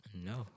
No